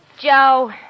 Joe